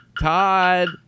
Todd